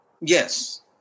Yes